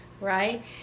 right